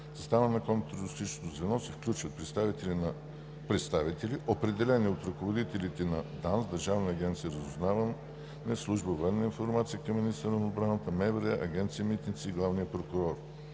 състава на контратерористичното звено се включват представители, определени от ръководителите на ДАНС, Държавна агенция „Разузнаване“, служба „Военна информация“ към министъра на отбраната, МВР, Агенция „Митници“ и главния прокурор.